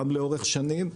גם לאורך שנים,